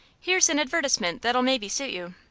here's an advertisement that'll maybe suit you.